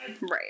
Right